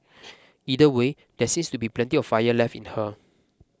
either way there seems to be plenty of fire left in her